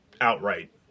outright